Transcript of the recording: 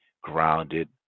grounded